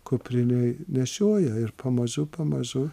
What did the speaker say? kuprinėj nešioja ir pamažu pamažu